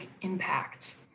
impact